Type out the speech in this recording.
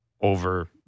over